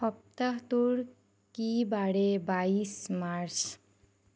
সপ্তাহটোৰ কি বাৰে বাইছ মাৰ্চ